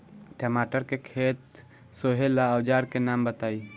टमाटर के खेत सोहेला औजर के नाम बताई?